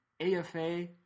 AFA